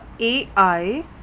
AI